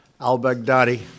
al-Baghdadi